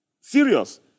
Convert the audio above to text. serious